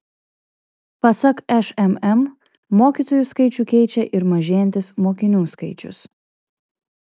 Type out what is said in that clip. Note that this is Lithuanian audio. pasak šmm mokytojų skaičių keičia ir mažėjantis mokinių skaičius